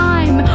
Time